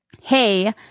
hey